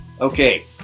okay